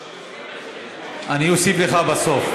אני אוסיף לך בסוף.